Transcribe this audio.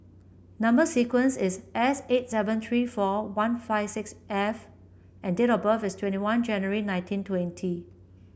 number sequence is S eight seven three four one five six F and date of birth is twenty one January nineteen twenty